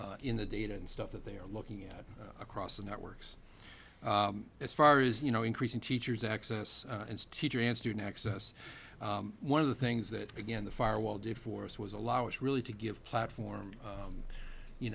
in the data and stuff that they are looking at across the networks as far as you know increasing teachers access and teacher and student access one of the things that again the firewall did for us was allow us really to give platform